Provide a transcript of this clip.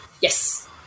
Yes